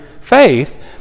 faith